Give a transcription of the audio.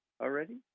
already